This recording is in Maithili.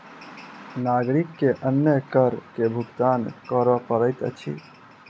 नागरिक के अन्य कर के भुगतान कर पड़ैत अछि